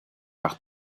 par